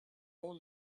all